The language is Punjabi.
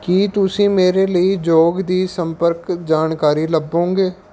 ਕੀ ਤੁਸੀਂ ਮੇਰੇ ਲਈ ਯੋਗ ਦੀ ਸੰਪਰਕ ਜਾਣਕਾਰੀ ਲੱਭੋਗੇ